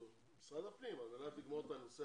הפנים על מנת לגמור את הנושא